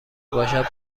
باشد